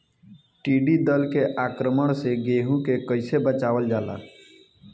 टिडी दल के आक्रमण से गेहूँ के कइसे बचावल जाला?